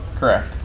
correct.